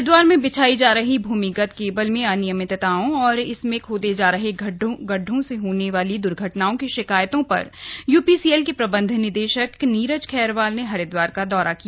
हरिद्वार में बिछाई जा रही भूमिगत केबल में अनियमितताओं और इसमें खोदे जा रहे गड्ढों से होने वाली द्र्घटनाओं की शिकायतों पर यूपीसीएल के प्रबंध निदेशक नीरज खैरवाल ने हरिद्वार का दौरा किया